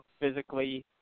physically